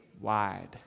wide